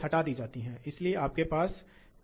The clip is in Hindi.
चर गति ड्राइव मामले पर जाएं और देखें कि क्या होता है